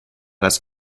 das